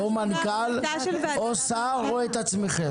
או מנכ"ל או שר או את עצמכם,